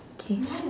K